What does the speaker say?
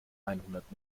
einhundert